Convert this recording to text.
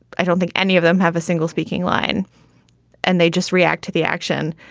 i don't think any of them have a single speaking line and they just react to the action.